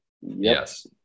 Yes